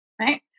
right